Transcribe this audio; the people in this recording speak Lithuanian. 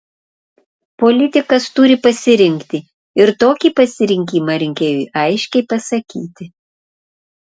politikas turi pasirinkti ir tokį pasirinkimą rinkėjui aiškiai pasakyti